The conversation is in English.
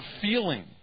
feeling